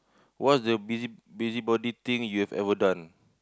what's the busy busybody thing you ever done